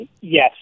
Yes